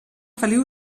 feliu